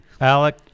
Alec